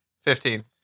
Fifteen